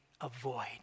avoid